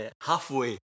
Halfway